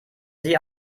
sie